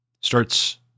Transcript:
starts